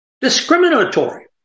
discriminatory